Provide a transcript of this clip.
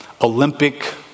Olympic